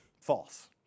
False